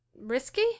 risky